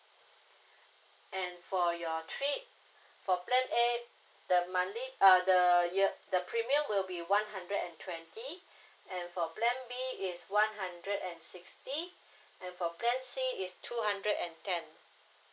and for your trip for plan A the monthly uh the year the premium will be one hundred and twenty and for plan B is one hundred and sixty and for plan C is two hundred and ten